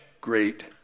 great